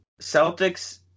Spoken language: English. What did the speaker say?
Celtics